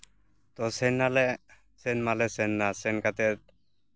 ᱛᱚ ᱥᱮᱱ ᱱᱟᱞᱮ ᱥᱮᱱ ᱢᱟᱞᱮ ᱥᱮᱱᱱᱟ ᱥᱮᱱ ᱠᱟᱛᱮᱫ